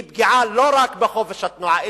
היא פגיעה לא רק בחופש התנועה,